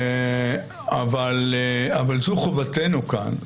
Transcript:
אבל זו חובתנו כאן.